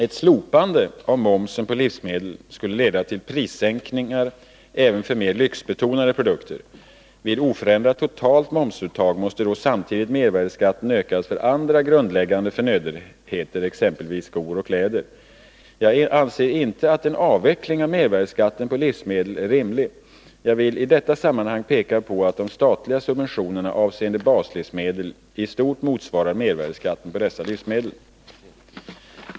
Ett slopande av momsen på livsmedel skulle leda till prissänkningar även för mer lyxbetonade produkter. Vid oförändrat totalt momsuttag måste då samtidigt mervärdeskatten ökas för andra grundläggande förnödenheter, exempelvis skor och kläder. Jag anser inte att en avveckling av mervärdeskatten på livsmedel är rimlig. Jag vill i detta sammanhang peka på att de statliga subventionerna avseende baslivsmedel i stort motsvarar mervärdeskatten på dessa livsmedel.